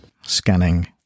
scanning